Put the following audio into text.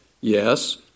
Yes